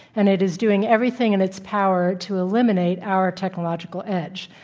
and it is doing everything in its power to eliminate our technological edge.